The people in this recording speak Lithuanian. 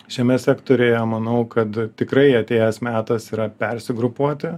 šiame sektoriuje manau kad tikrai atėjęs metas yra persigrupuoti